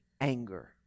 anger